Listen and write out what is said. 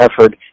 effort